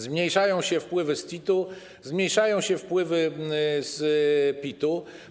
Zmniejszają się wpływy z CIT-u, zmniejszają się wpływy z PIT-u.